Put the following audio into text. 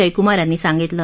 जयकुमार यांनी सांगितलं